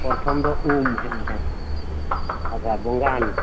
ᱯᱚᱨᱛᱷᱚᱢ ᱫᱚ ᱩᱢ ᱦᱮᱸ ᱦᱮᱸ ᱟᱪᱪᱷᱟ ᱵᱚᱸᱜᱟᱱ